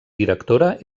directora